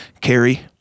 carry